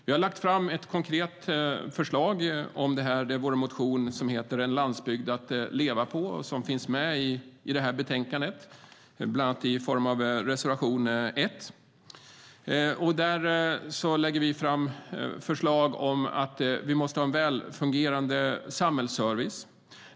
Vi har lagt fram ett konkret förslag, nämligen vår motion En landsbygd att lita på, som finns med i det betänkande vi debatterar, bland annat i form av reservation 1. Där lägger vi fram förslag om att vi måste ha en väl fungerande samhällsservice.